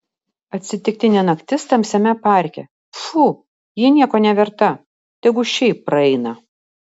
atsitiktinė naktis tamsiame parke pfu ji nieko neverta tegu šiaip praeina